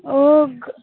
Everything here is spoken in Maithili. ओ